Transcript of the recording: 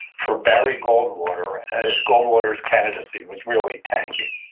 for barry goldwater, as goldwater's candidacy was really tanking.